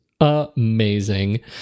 amazing